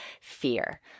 fear